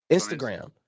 Instagram